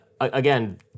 Again